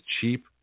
cheap